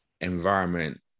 environment